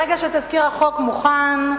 ברגע שתזכיר החוק מוכן,